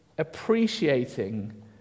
appreciating